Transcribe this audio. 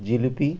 jalebi